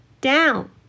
Down